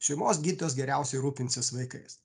šeimos gytojas geriausiai rūpinsis vaikais